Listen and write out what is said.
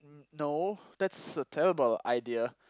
no that's a terrible idea